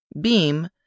BEAM